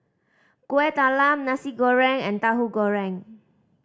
Kueh Talam Nasi Goreng and Tahu Goreng